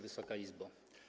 Wysoka Izbo!